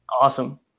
Awesome